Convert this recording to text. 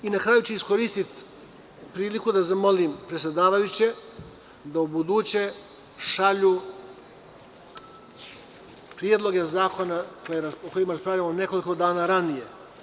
Na kraju, iskoristiću priliku da zamolim predsedavajuće da ubuduće šalju predloge zakona o kojima razgovaramo nekoliko dana ranije.